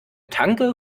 tanke